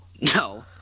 No